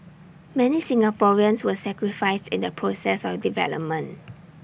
many Singaporeans were sacrificed in the process of development